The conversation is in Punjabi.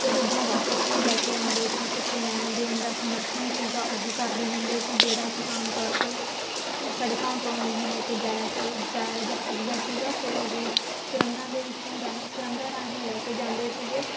ਅਤੇ ਉੱਧਰੋਂ ਵਾਪਸ ਵੀ ਲੈ ਕੇ ਆਉਂਦੇ ਸੀ ਕੁਝ ਲੈਣ ਦੇਣ ਦਾ ਸਮਰਥਨ ਸੀਗਾ ਉਹ ਕਰਦੇ ਹੁੰਦੇ ਸੀ ਜਿਹੜਾ ਕਿ ਆਮ ਤੌਰ 'ਤੇ ਸੜਕਾਂ ਤੋਂ ਨਹੀਂ ਲੈ ਕੇ ਜਾਇਆ ਸ ਜਾਇਆ ਜਾ ਸਕਦਾ ਸੀਗਾ ਫਿਰ ਉਹ ਸੁਰੰਗਾਂ ਦੇ ਵਿੱਚੋਂ ਰਾਹੀਂ ਸੁਰੰਗਾਂ ਰਾਹੀਂ ਲੈ ਕੇ ਜਾਂਦੇ ਸੀਗੇ